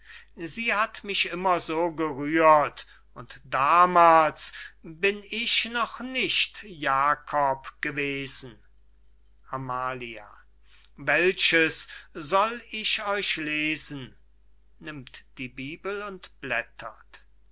sie hat mich immer so gerührt und damals bin ich noch nicht jakob gewesen amalia welches soll ich euch lesen